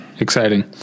exciting